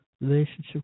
Relationship